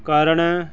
ਕਰਨ